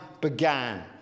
began